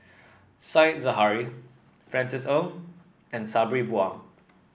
Said Zahari Francis Ng and Sabri Buang